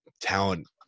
talent